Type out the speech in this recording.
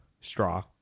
straw